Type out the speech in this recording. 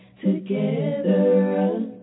together